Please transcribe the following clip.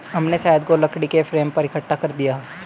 हमने शहद को लकड़ी के फ्रेम पर इकट्ठा कर दिया है